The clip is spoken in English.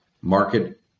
market